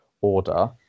order